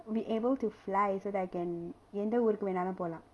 be able to fly so that I can எந்த ஊருக்கு வேணுன்னாலும் போலாம்:entha oorukku venunnaalum polaam